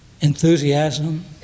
enthusiasm